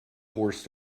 horse